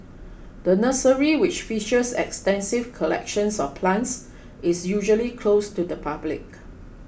the nursery which features extensive collections of plants is usually closed to the public